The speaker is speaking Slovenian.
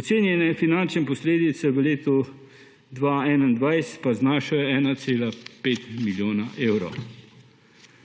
Ocenjene finančne posledice v letu 2021 pa znašajo 1,5 milijona evrov. Mnogo